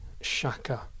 Shaka